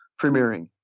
premiering